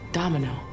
domino